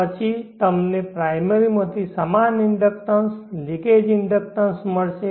પછી તમને પ્રાઈમરીમાંથી સમાન ઇન્ડક્ટન્સ લિકેજ ઇન્ડક્ટન્સ મળશે